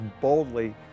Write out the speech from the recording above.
boldly